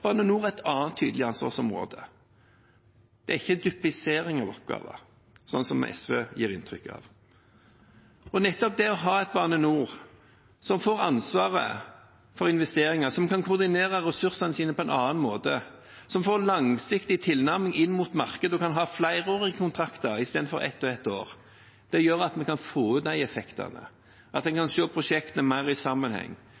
Bane NOR et annet tydelig ansvarsområde. Det er ikke duplisering av oppgaver, sånn som SV gir inntrykk av. Nettopp det å ha et Bane NOR som får ansvaret for investeringer, som kan koordinere ressursene sine på en annen måte, som får langsiktig tilnærming inn mot markedet og kan ha flerårige kontrakter istedenfor ett og ett år, gjør at vi kan få ut de effektene og se prosjektene mer i sammenheng. Det at en